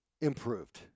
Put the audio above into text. improved